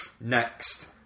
Next